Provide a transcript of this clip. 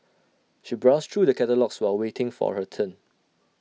she browsed through the catalogues while waiting for her turn